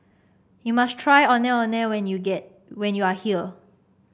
you must try Ondeh Ondeh when you get when you are here